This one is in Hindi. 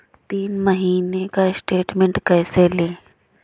तीन महीने का स्टेटमेंट कैसे लें?